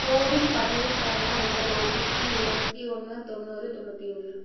CoWIN பதிவுக்கான உங்கள் OTP எழுபத்தி ஒன்று தொண்ணூறு தொண்ணூற்றி ஒன்று